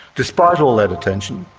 despite all that attention,